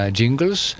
jingles